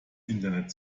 internet